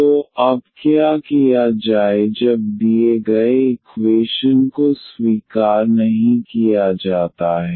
तो अब क्या किया जाए जब दिए गए इक्वेशन को स्वीकार नहीं किया जाता है